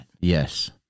Yes